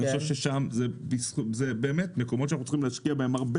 אני חושב ששם זה מקומות שאנחנו צריכים להשקיע בהם הרבה